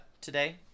today